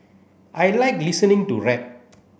I like listening to rap